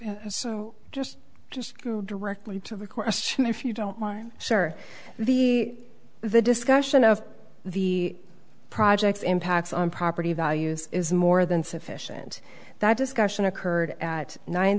so just directly to the question if you don't mind sure the the discussion of the project's impacts on property values is more than sufficient that discussion occurred at nine